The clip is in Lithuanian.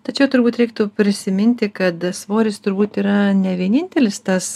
ti čia turbūt reiktų prisiminti kad svoris turbūt yra ne vienintelis tas